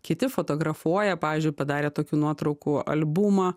kiti fotografuoja pavyzdžiui padarę tokių nuotraukų albumą